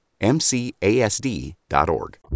MCASD.org